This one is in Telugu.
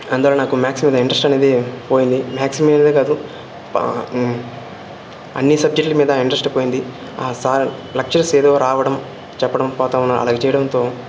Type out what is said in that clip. అంతలో నాకు మ్యాథ్స్ మీద ఇంట్రెస్ట్ అనేది పోయింది మ్యాథ్స్ మీదే కాదు పా అన్ని సబ్జెక్టుల మీద ఇంట్రెస్ట్ పోయింది ఆ సార్ లెక్చర్స్ ఏదో రావడం చెప్పడం పోతూ ఉన్నారు అలా చెయడంతో